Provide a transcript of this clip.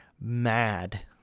mad